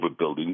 overbuilding